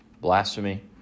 blasphemy